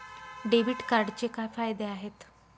Debit कार्डचे काय फायदे आहेत?